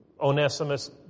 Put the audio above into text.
Onesimus